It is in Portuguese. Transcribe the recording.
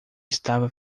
estava